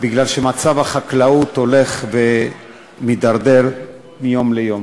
מפני שמצב החקלאות הולך ומידרדר מיום ליום.